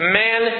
man